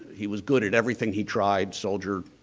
he was good at everything, he tried soldier,